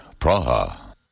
Praha